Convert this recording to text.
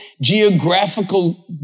geographical